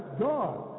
God